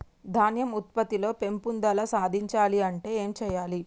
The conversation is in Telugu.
ధాన్యం ఉత్పత్తి లో పెంపుదల సాధించాలి అంటే ఏం చెయ్యాలి?